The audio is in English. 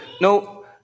no